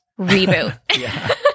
Reboot